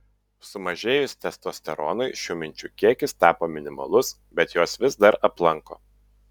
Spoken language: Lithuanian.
sumažėjus testosteronui šių minčių kiekis tapo minimalus bet jos vis dar aplanko